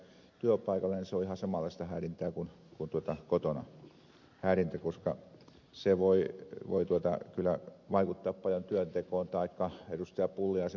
jos häiritään työpaikalla niin se on ihan samanlaista häirintää kuin häirintä kotona koska se voi kyllä vaikuttaa paljon työntekoon taikka ed